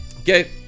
Okay